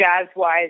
jazz-wise